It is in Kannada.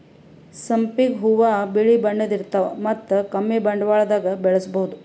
ಸಂಪಿಗ್ ಹೂವಾ ಬಿಳಿ ಬಣ್ಣದ್ ಇರ್ತವ್ ಮತ್ತ್ ಕಮ್ಮಿ ಬಂಡವಾಳ್ದಾಗ್ ಬೆಳಸಬಹುದ್